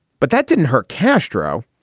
but that didn't hurt castro.